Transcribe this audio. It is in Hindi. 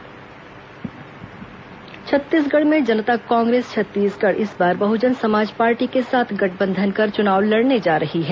जकांछ बसपा छत्तीसगढ़ में जनता कांग्रेस छत्तीसगढ़ इस बार बहुजन समाज पार्टी के साथ गठबंधन कर चुनाव लड़ने जा रही है